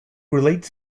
relates